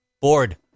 Bored